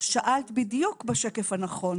שאלת בדיוק בשקף הנכון.